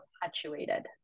perpetuated